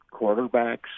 quarterbacks